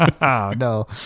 no